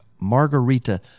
Margarita